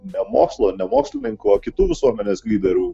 ne mokslo ne mokslininkų o kitų visuomenės lyderių